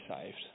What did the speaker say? saved